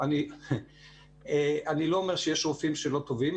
אני לא אומר שיש רופאים שהם לא טובים.